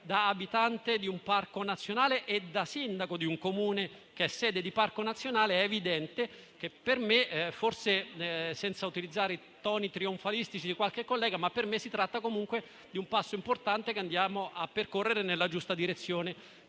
da abitante di un parco nazionale e da sindaco di un Comune sede di parco nazionale. È dunque evidente che, pur senza forse utilizzare i toni trionfalistici di qualche collega, per me si tratta comunque di un passo importante, che andiamo a percorrere nella giusta direzione,